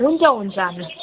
हुन्छ हुन्छ मिस